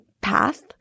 path